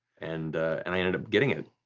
and and i ended up getting it.